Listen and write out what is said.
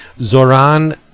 Zoran